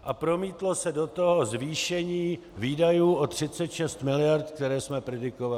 A promítlo se do toho zvýšení výdajů o 36 mld., které jsme predikovali.